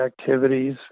activities